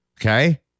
Okay